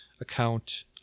account